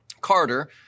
Carter